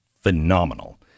phenomenal